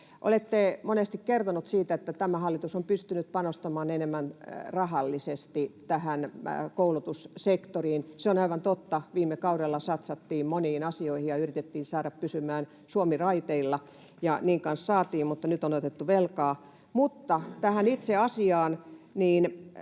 Olette monesti kertonut siitä, että tämä hallitus on pystynyt panostamaan enemmän rahallisesti koulutussektoriin. Se on aivan totta, viime kaudella satsattiin moniin asioihin ja yritettiin saada Suomi pysymään raiteilla — ja niin kanssa saatiin, mutta nyt on otettu velkaa. Mutta tähän itse asiaan.